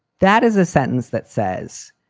that is a sentence that says,